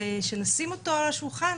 ושנשים אותו על השולחן.